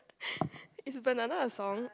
is banana a song